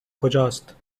کجاست